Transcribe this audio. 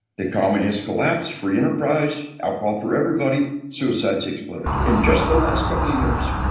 the communist collapse. free enterprise. alcohol for everybody. suicides exploded. in just the last couple of years,